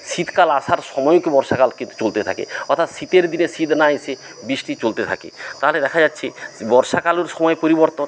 শীতকাল আসার সময়কে বর্ষাকাল কিন্তু চলতে থাকে অর্থাৎ শীতের দিনে শীত না এসে বৃষ্টি চলতে থাকে তাহলে দেখা যাচ্ছে বর্ষাকাল সময় পরিবর্তন